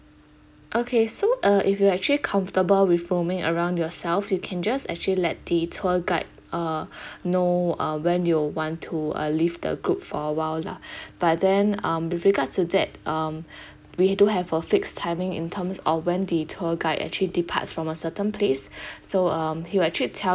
okay so uh if you're actually comfortable with roaming around yourself you can just actually let the tour guide uh know uh when you'll want to uh leave the group for a while lah but then um with regards to that um we do have a fixed timing in terms of when the tour guide actually departs from a certain place so um he will actually tell